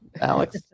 Alex